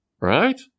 right